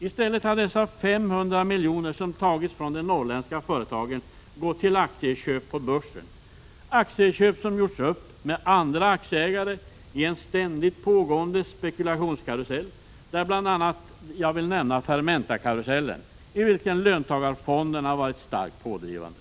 I stället har dessa 500 miljoner, som tagits från de norrländska företagen, gått till aktieköp på börsen — aktieköp som gjorts upp med andra aktieägare i en ständigt pågående spekulationskarusell, där jag vill nämna bl.a. Fermentakarusellen, i vilken löntagarfonderna varit starkt pådrivande.